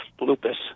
Lupus